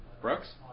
Brooks